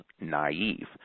naive